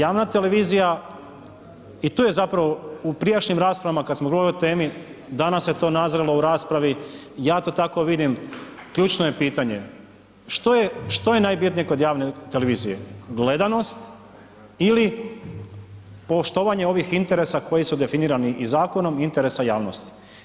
Javna televizija, i to je zapravo u prijašnjim raspravama kad smo govorili o temi, danas se to nazrelo u raspravi, ja to tako vidim, ključno je pitanje što je, što je najbitnije kod javne televizije, gledanost ili poštovanje ovih interesa koji su definirani i zakonom i interesa javnosti.